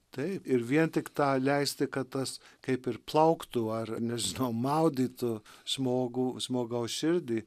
taip ir vien tik tą leisti kad tas kaip ir plauktų ar nežinau maudytų žmogų žmogaus širdį